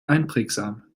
einprägsam